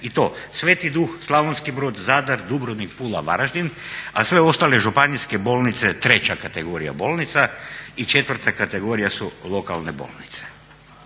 i to Sv. Duh, Slavonski Brod, Zadar, Dubrovnik, Pula, Varaždin, a sve ostale županijske bolnice treća kategorija bolnica. I četvrta kategorija su lokalne bolnice.